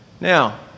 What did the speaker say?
Now